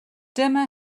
dyma